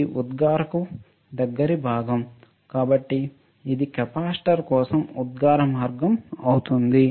ఇది ఉత్సర్గకు దగ్గరి భాగం కాబట్టి ఇది కెపాసిటర్ కోసం ఉత్సర్గ మార్గం అవుతుంది